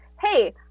hey